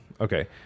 Okay